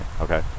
okay